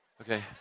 Okay